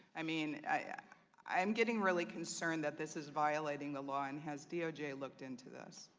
i mean ah yeah i'm getting really concerned that this is violating the law and has doj looked into this?